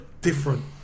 different